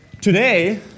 today